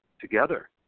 together